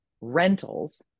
rentals